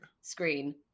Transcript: Screen